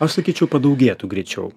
aš sakyčiau padaugėtų greičiau